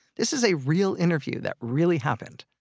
this is a real interview that really happened